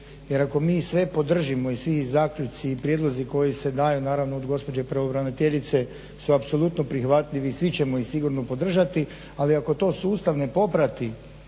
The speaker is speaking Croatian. Jer ako mi sve podržimo i svi zaključci i prijedlozi koji se daju naravno od gospođe pravobraniteljice su apsolutno prihvatljivi i svi ćemo ih sigurno podržati, ali ako to sustav ne poprati